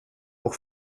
pour